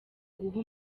guha